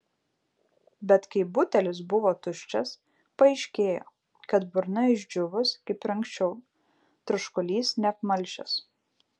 bet kai butelis buvo tuščias paaiškėjo kad burna išdžiūvus kaip ir anksčiau troškulys neapmalšęs